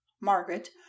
Margaret